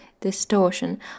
distortion